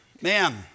man